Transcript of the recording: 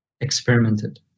experimented